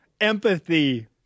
empathy